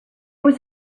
was